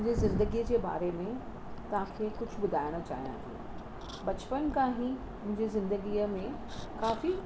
अॼु मां पंहिंजे ज़िंदगीअ जे बारे में तव्हांखे कुझु ॿुधाइणु चाहियां थी बचपन खां ई मुंहिंजी ज़िंदगीअ में काफ़ी